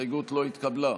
ההסתייגות לא התקבלה.